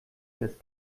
ist